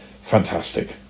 Fantastic